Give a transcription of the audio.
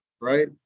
right